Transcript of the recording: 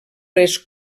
res